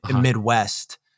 Midwest